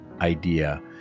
idea